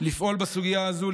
לפעול בסוגיה הזו,